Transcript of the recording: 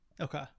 okay